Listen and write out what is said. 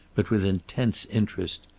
but with intense interest,